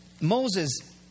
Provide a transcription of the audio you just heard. Moses